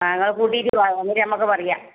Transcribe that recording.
ആ നിങ്ങൾ കൂട്ടിയിട്ട് വാ എന്നിട്ട് നമുക്ക് പറയാം